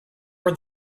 for